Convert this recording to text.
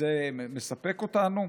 וזה מספק אותנו?